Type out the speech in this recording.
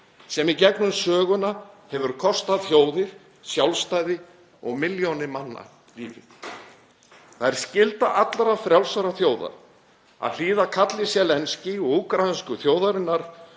sem í gegnum söguna hefur kostað þjóðir sjálfstæði og milljónir manna lífið. Það er skylda allra frjálsra þjóða að hlýða kalli Zelenskís og úkraínsku þjóðarinnar